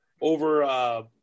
over